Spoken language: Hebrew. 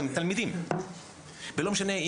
הם תלמידים ולא משנה,